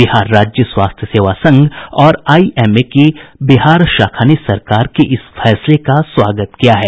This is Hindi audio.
बिहार राज्य स्वास्थ्य सेवा संघ और आईएमए की बिहार शाखा ने सरकार के इस फैसले का स्वागत किया है